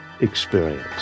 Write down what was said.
experience